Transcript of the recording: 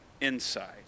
inside